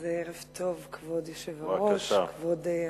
אז ערב טוב, כבוד היושב-ראש, כבוד השר,